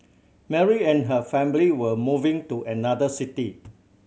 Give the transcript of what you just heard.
Mary and her family were moving to another city